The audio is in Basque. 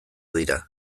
dira